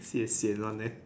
sibeh sian one leh